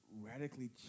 radically